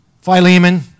Philemon